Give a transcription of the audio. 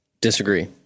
Disagree